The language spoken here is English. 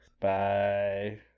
Bye